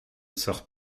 sort